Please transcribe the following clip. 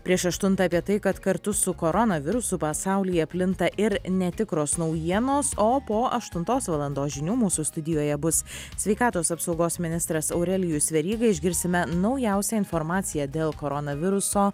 prieš aštuntą apie tai kad kartu su koronavirusu pasaulyje plinta ir netikros naujienos o po aštuntos valandos žinių mūsų studijoje bus sveikatos apsaugos ministras aurelijus veryga išgirsime naujausią informaciją dėl koronaviruso